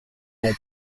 mon